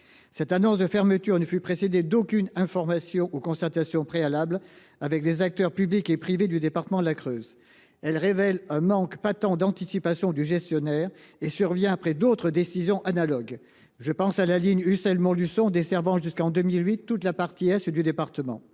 Cette annonce ne fut précédée d’aucune information ou consultation préalable avec les acteurs publics et privés du département de la Creuse. Elle révèle un manque patent d’anticipation du gestionnaire et survient après d’autres décisions analogues : je pense à la fermeture de la ligne Ussel Montluçon, qui desservait jusqu’en 2008 toute la partie est du département.